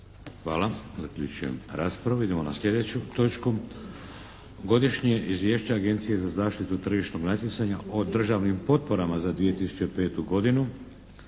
Vladimir (HDZ)** Idemo na sljedeću točku 4. Godišnje izvješće Agencije za zaštitu tržišnog natjecanja o državnim potporama za 2005. godinu